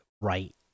right